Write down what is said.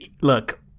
look